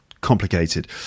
complicated